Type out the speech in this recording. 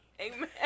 Amen